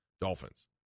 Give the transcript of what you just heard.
Dolphins